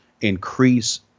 increase